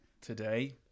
today